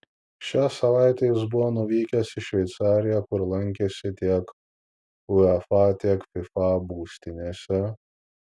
šią savaitę jis buvo nuvykęs į šveicariją kur lankėsi tiek uefa tiek fifa būstinėse